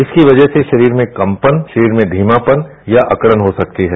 इसकी वजह से शरीर में कंपन शरीर में धीमापन या अकड़न हो सकती है